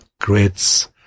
grids